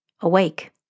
awake